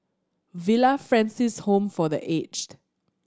Villa Francis Home for The Aged